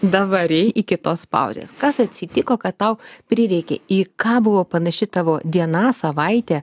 davarei iki tos pauzės kas atsitiko kad tau prireikė į ką buvo panaši tavo diena savaitė